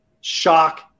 shock